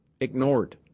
ignored